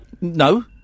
No